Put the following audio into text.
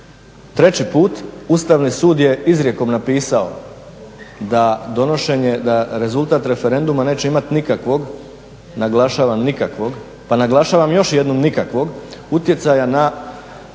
treći put Ustavni sud je izrijekom napisao da rezultat referenduma neće imat nikakvog, naglašavam nikakvog, pa naglašavam još jednom nikakvog utjecaja na